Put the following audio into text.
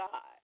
God